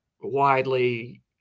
widely